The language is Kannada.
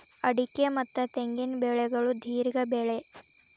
ಅಡಿಕೆ ಮತ್ತ ತೆಂಗಿನ ಬೆಳೆಗಳು ದೇರ್ಘ ಬೆಳೆ